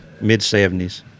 mid-70s